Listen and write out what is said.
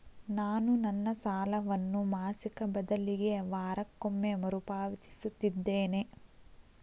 ನಾನು ನನ್ನ ಸಾಲವನ್ನು ಮಾಸಿಕ ಬದಲಿಗೆ ವಾರಕ್ಕೊಮ್ಮೆ ಮರುಪಾವತಿಸುತ್ತಿದ್ದೇನೆ